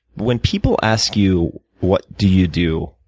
when people ask you what do you do,